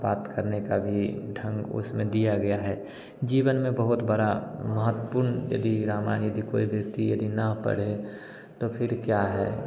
बात करने का भी ढंग उसमें दिया गया है जीवन में बहुत बड़ा महत्वपूर्ण यदि रामायण यदि कोई व्यक्ति यदि ना पढ़े तो फिर क्या है